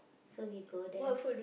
so we go there